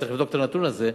צריך לבדוק את הנתון הזה,